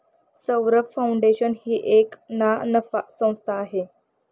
Saurabh foundation ही एक ना नफा संस्था आहे